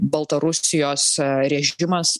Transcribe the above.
baltarusijos režimas